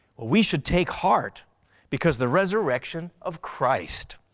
we should take heart because the resurrection of christ,